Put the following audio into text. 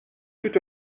tout